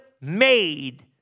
made